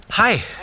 Hi